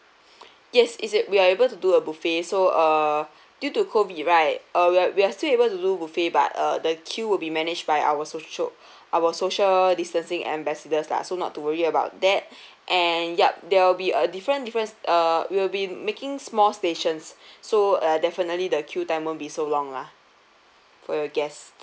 yes it's it we are able to do a buffet so err due to COVID right uh we are we are still able to do buffet but uh the queue would be managed by our social our social distancing ambassadors lah so not to worry about that and yup there will be a different different uh we'll be making small stations so uh definitely the queue time won't be so long lah for your guests